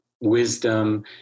wisdom